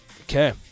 Okay